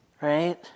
right